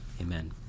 Amen